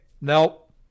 Nope